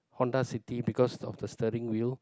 Honda City because of the stirring wheel